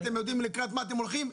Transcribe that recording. אתם יודעים לקראת מה אתם הולכים,